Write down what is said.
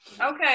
Okay